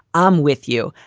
i'm with you.